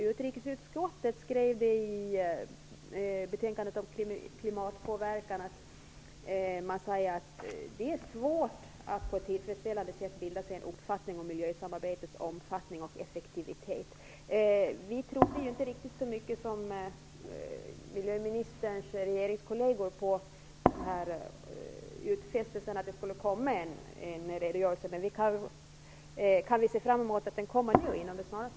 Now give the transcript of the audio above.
Utrikesutskottet skrev i betänkandet om klimatpåverkan att det är svårt att på ett tillfredsställande sätt bilda sig en uppfattning om miljösamarbetets omfattning och effektivitet. Vi trodde inte riktigt lika mycket som miljöministerns regeringskolleger på utfästelsen att det skulle komma en redogörelse. Kan vi se fram emot en sådan snarast?